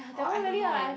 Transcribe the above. oh I don't know eh